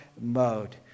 mode